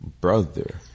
brother